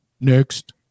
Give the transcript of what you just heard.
Next